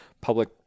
public